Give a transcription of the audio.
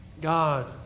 God